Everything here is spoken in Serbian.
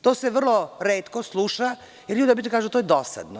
To se vrlo retko sluša jer ljudi obično kažu da je to dosadno.